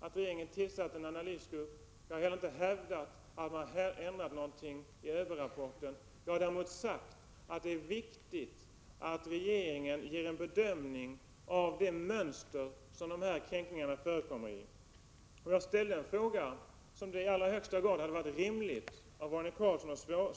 regeringens tillsättande av en analysgrupp. Jag har heller inte hävdat att man ändrat någonting i ÖB-rapporten. Däremot har jag sagt att det är viktigt att regeringen redovisar en bedömning av det mönster som gäller för de här kränkningarna. Jag ställde en fråga som det i allra högsta grad hade varit rimligt att Roine Carlsson svarat på.